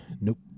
Nope